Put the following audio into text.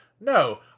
No